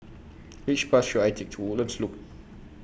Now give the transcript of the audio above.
Which Bus should I Take to Woodlands Loop